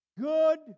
Good